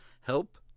help